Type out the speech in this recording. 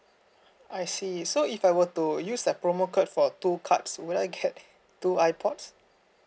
I see so if I were to use the promo code for two cards will I get two ipods